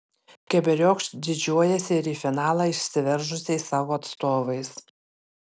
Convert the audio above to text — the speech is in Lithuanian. keberiokšt didžiuojasi ir į finalą išsiveržusiais savo atstovais